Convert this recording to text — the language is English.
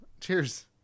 cheers